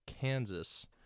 Kansas